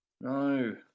No